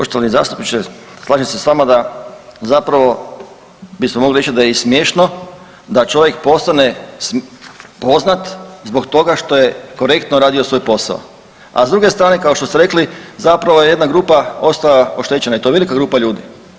Poštovani zastupniče slažem se s vama da zapravo bismo mogli reći da je i smiješno da čovjek postane poznat zbog toga što je korektno radio svoj posao, a s druge strane kao što ste rekli zapravo je jedna grupa ostala oštećena i to velika grupa ljudi.